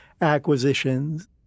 acquisitions